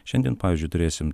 šiandien pavyzdžiui turėsim